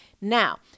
Now